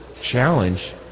challenge